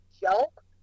joke